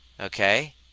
okay